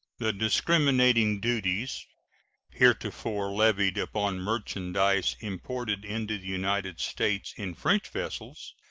the discriminating duties heretofore levied upon merchandise imported into the united states in french vessels,